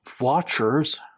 watchers